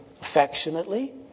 affectionately